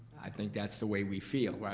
i think that's the way we feel,